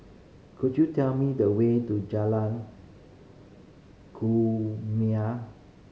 could you tell me the way to Jalan Kumia